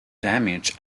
damage